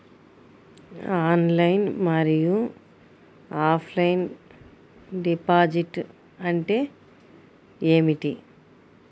Online మరియు offline deposit అంటే ఏమిటి?